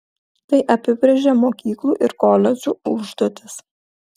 tai apibrėžia mokyklų ir koledžų užduotis